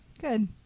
Good